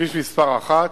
כביש מס' 1,